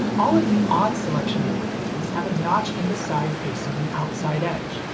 all of the odd selection number pins have a notch in the side facing the outside edge,